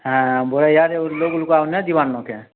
ହେଁ ବୋ ଇହାଦେ ଲୋକ୍ ଳୁକା ଆଉ ନେଇ ଯିବାର୍ନ କେଁ